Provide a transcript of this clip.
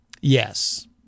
Yes